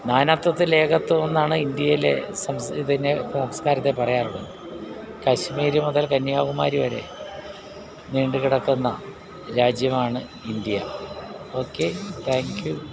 നാനാത്വത്തിൽ ഏകത്വമെന്നാണ് ഇന്ത്യയിലെ സംസ് ഇതിനെ സംസ്കാരത്തെ പറയാനുള്ളത് കശ്മീർ മുതൽ കന്യാകുമാരി വരെ നീണ്ടുകിടക്കുന്ന രാജ്യമാണ് ഇന്ത്യ ഓക്കെ താങ്ക് യൂ